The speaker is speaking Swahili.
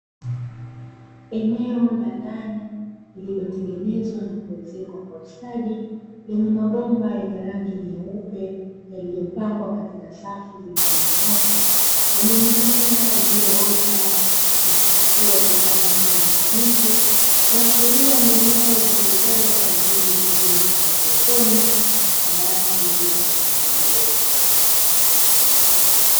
Eneo la ndani lililotengenezwa na kuezekwa kwa ustadi, lenye mabomba yenye rangi nyeupe; yaliyopangwa katika safu zilizonyooka; zenye mimea iliyoota na kuchipua kwa rangi ya kijani kibichi, kuashiria ni eneo litumikalo kwa ajili ya kilimo cha haidroponi, ya sayansi bila kutumia udongo.